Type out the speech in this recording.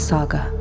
Saga